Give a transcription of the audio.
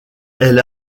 elle